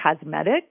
cosmetic